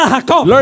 Jacob